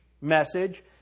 message